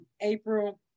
April